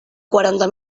quaranta